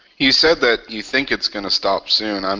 you said that you think it's gonna stop soon. and